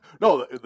No